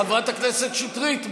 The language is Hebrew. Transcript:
חברת הכנסת שטרית,